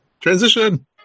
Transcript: Transition